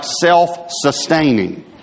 self-sustaining